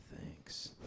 Thanks